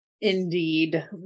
Indeed